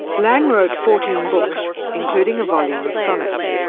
lang wrote fourteen books, including a volume of sonnets.